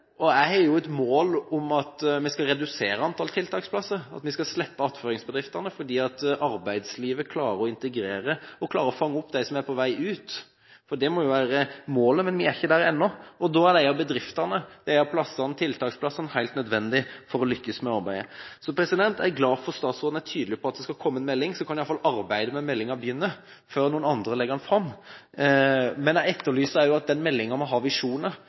Jeg har et mål om at vi skal redusere antall tiltaksplasser, at vi skal slippe attføringsbedriftene fordi arbeidslivet klarer å integrere og klarer å fange opp dem som er på vei ut, for det må jo være målet. Men vi er ikke der ennå, og da er disse bedriftene og disse tiltaksplassene helt nødvendige for å lykkes med arbeidet. Så jeg er glad for at statsråden er tydelig på at det skal komme en melding, så kan iallfall arbeidet med meldingen begynne – før noen andre legger den fram. Men jeg etterlyser at den meldingen må ha visjoner